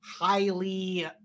highly